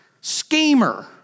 schemer